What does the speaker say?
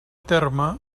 terme